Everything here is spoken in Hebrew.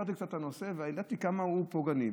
הכרתי קצת את הנושא וידעתי כמה הוא פוגעני.